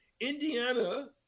Indiana